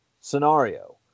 scenario